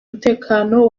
umutekano